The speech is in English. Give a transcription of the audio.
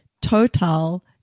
Total